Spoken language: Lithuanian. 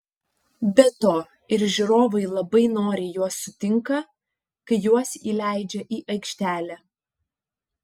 be to ir žiūrovai labai noriai juos sutinka kai juos įleidžia į aikštelę